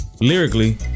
Lyrically